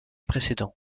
précédent